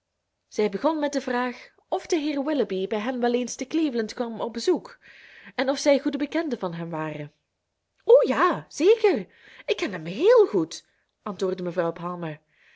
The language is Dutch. zij begon met de vraag of de heer willoughby bij hen wel eens te cleveland kwam op bezoek en of zij goede bekenden van hem waren o ja zeker ik ken hem héél goed antwoordde mevrouw palmer